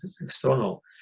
external